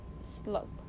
slope